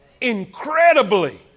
incredibly